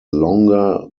longer